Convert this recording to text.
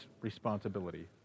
responsibility